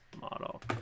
model